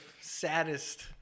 saddest